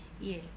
Yes